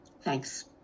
Thanks